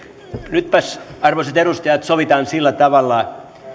nytpäs arvoisat edustajat sovitaan sillä tavalla